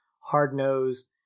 hard-nosed